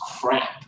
crap